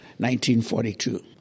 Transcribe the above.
1942